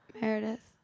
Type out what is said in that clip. Meredith